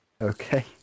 Okay